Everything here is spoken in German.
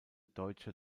deutsche